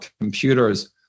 computers